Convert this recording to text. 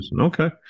Okay